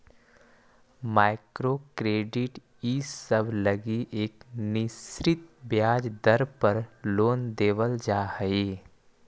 micro credit इसब लगी एक निश्चित ब्याज दर पर लोन देवल जा हई